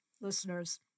listeners